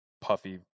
puffy